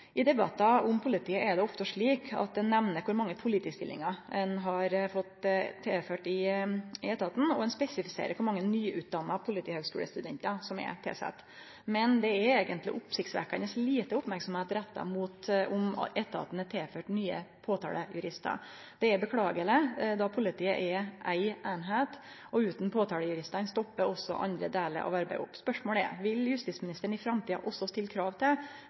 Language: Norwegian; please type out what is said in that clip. I debattar om politiet er det ofte slik at ein nemner kor mange politistillingar ein har fått tilført i etaten, og ein spesifiserer kor mange nyutdanna politihøgskulestudentar som er tilsette, men det er eigentleg oppsiktsvekkjande lite merksemd retta mot om etaten er tilført nye påtalejuristar. Det er beklageleg, for politiet er éi eining, og utan påtalejuristane stopper også andre delar av arbeidet opp. Spørsmålet er: Vil justisministeren i framtida også stille krav til